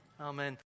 Amen